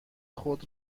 خودم